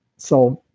so,